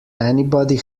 anybody